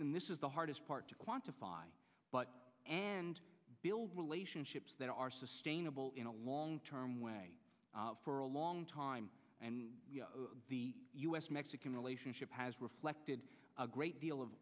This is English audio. then this is the hardest part to quantify but and build relationships that are sustainable in a long term way for a long time and the u s mexican relationship has reflected a great deal of